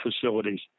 facilities